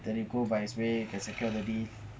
then you go by his way you can secure the deed